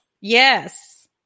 Yes